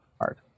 art